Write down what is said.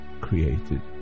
created